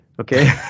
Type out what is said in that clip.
Okay